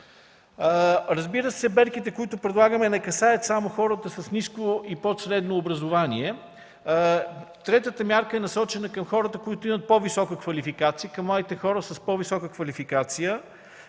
година. Мерките, които предлагаме, не касаят само хората с ниско и под средно образование. Третата мярка е насочена към хората, които имат по-висока квалификация, към младите хора с по-висока квалификация.